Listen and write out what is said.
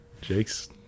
Jake's